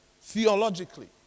theologically